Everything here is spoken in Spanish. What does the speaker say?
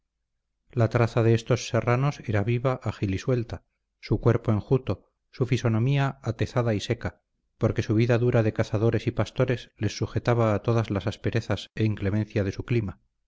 la traza de estos serranos era viva ágil y suelta su cuerpo enjuto su fisonomía atezada y seca porque su vida dura de cazadores y pastores les sujetaba a todas las asperezas e inclemencia de su clima